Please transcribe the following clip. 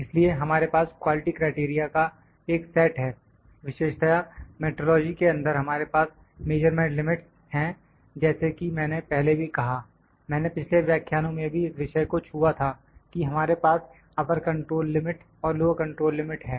इसलिए हमारे पास क्वालिटी क्राइटेरिया का एक सेट है विशेषतया मेट्रोलॉजी के अंदर हमारे पास मेजरमेंट लिमिट्स हैं जैसे कि मैंने पहले भी कहा मैंने पिछले व्याख्यानो में भी इस विषय को छुआ था कि हमारे पास अपर कंट्रोल लिमिट और लोअर कंट्रोल लिमिट है